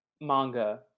manga